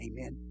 Amen